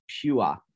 pure